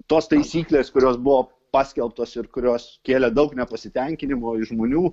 tos taisyklės kurios buvo paskelbtos ir kurios kėlė daug nepasitenkinimo iš žmonių